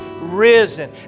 risen